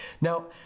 Now